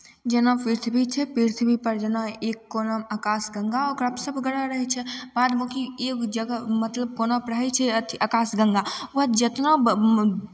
जेना पृथ्वी छै पृथ्वीपर जेना एक कोनामे आकाश गङ्गा ओकरापर सभ ग्रह रहै छै बाद बाँकी एगो जगह मतलब कोनापर रहै छै अथी आकाश गङ्गा ओकर बाद जेतना